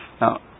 Now